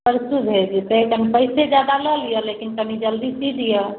परसू भऽ जेतै कनि पइसे ज्यादा लऽ लिअ लेकिन कनि जल्दी सी दिअ